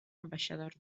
ambaixades